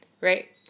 Right